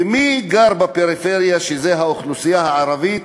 ומי גר בפריפריה, שזה האוכלוסייה הערבית,